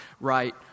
right